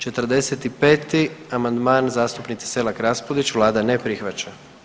45. amandman zastupnice Selak Raspudić, vlada ne prihvaća.